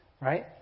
right